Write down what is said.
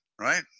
right